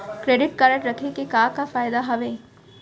Credit card रखे के का का फायदा हवे?